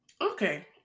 Okay